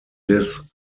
des